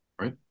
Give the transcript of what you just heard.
right